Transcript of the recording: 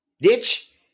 Ditch